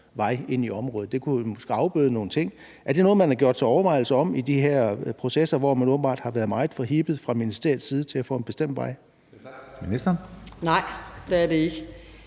vej ind i området. Det kunne måske afbøde nogle ting. Er det noget, man har gjort sig overvejelser om i de her processer, hvor man åbenbart har været meget forhippet fra ministeriets side på at få en bestemt vej?